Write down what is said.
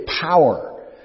power